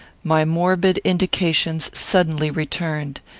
my morbid indications suddenly returned.